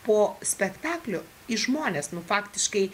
po spektaklio į žmones nu faktiškai